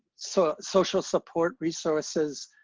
so social support resources,